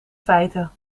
feiten